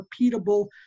repeatable